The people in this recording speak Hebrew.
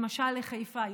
למשל לחיפה,